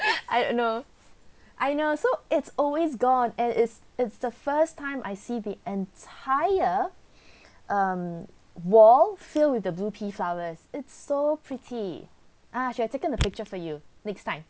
I know I know so it's always gone and it's it's the first time I see the entire um wall filled with the blue pea flowers it's so pretty uh should have taken the picture for you next time